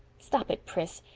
stop it, pris.